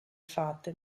fate